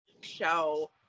show